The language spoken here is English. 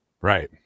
Right